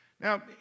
Now